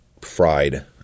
fried